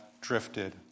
drifted